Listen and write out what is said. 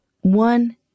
One